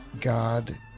God